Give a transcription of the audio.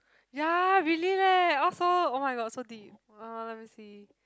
ya really leh all so oh-my-god so deep uh let me see